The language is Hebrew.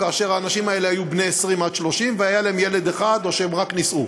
כאשר האנשים האלה היו בני 20 30 והיה להם ילד אחד או שהם רק נישאו.